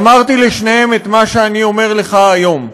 אמרתי לשניהם את מה שאני אומר לך היום: